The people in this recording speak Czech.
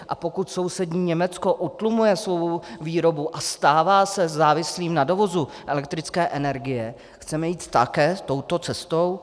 A pokud sousední Německo utlumuje svou výrobu a stává se závislým na dovozu elektrické energie, chceme jít také touto cestou?